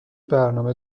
برنامه